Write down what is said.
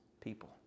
people